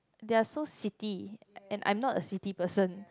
they are so city and I'm not a city person